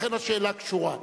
השאלה קשורה.